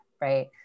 right